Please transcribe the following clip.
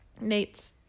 Nate's